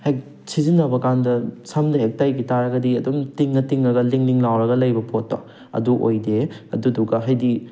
ꯍꯦꯛ ꯁꯤꯖꯟꯅꯕ ꯀꯥꯟꯗ ꯁꯝꯗꯕꯨ ꯍꯦꯛ ꯇꯩꯈꯤ ꯇꯥꯔꯗꯤ ꯑꯗꯨꯝ ꯇꯤꯡꯉ ꯇꯤꯡꯉ ꯂꯤꯡ ꯂꯤꯡ ꯂꯥꯎꯔꯒ ꯂꯩꯕ ꯄꯣꯠꯇꯣ ꯑꯗꯨ ꯑꯣꯏꯗꯦ ꯑꯗꯨꯗꯨꯒ ꯍꯥꯏꯗꯤ